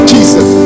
Jesus